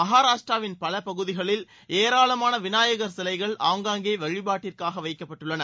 மகாராஷ்டிராவின் பல பகுதிகளில் ஏராளமரான விநாயகர் சிலைகள் ஆங்காங்கே வழிபாட்டிற்காக வைக்கப்பட்டுள்ளன